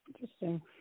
Interesting